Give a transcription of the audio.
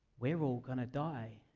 we're all gonna die.